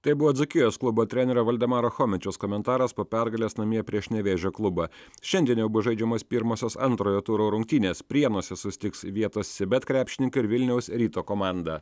tai buvo dzūkijos klubo trenerio valdemaro chomičiaus komentaras po pergalės namie prieš nevėžio klubą šiandien jau bus žaidžiamos pirmosios antrojo turo rungtynės prienuose susitiks vietos cbet krepšininkai ir vilniaus ryto komanda